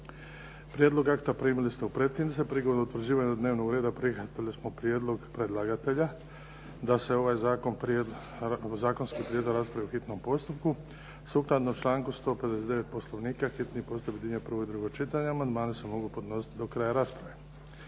Prijedlog akta primili ste u pretince. Prilikom utvrđivanja dnevnog reda prihvatili smo prijedlog predlagatelja da se ovaj zakonski prijedlog raspravi u hitnom postupku. Sukladno članku 159. Poslovnika hitni postupak objedinjuje prvo i drugo čitanje. Amandmani se mogu podnositi do kraja rasprave.